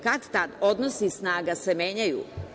Kad-tad odnosi snaga se menjaju.